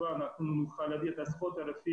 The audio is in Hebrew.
קודם כל, אני מאחל לך הצלחה